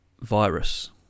Virus